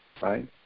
right